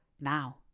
Now